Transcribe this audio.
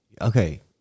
Okay